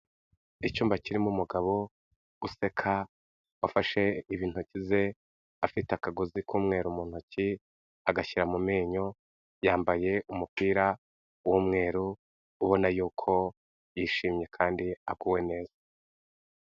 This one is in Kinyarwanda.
Icyumba kirimo umugabo useka, wafashe intoki ze afite akagozi k'umweru mu ntoki, agashyira mu menyo, yambaye umupira w'umweru, ubona yuko yishimye kandi aguwe neza.